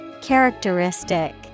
Characteristic